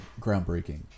groundbreaking